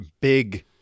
big